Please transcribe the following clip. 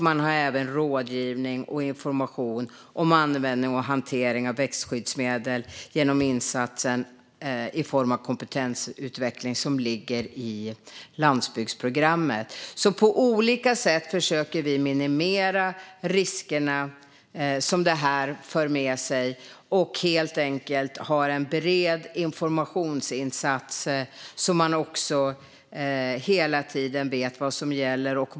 Man har även rådgivning och information om användning och hantering av växtskyddsmedel genom insatser i form av kompetensutveckling som ligger i landsbygdsprogrammet. På olika sätt försöker vi alltså minimera riskerna som det här för med sig, och vi har en bred informationsinsats så att man hela tiden vet vad som gäller.